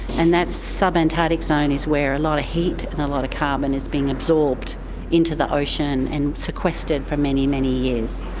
and that sub-antarctic zone is where a lot of heat and a loss of carbon is being absorbed into the ocean and sequestered for many, many years.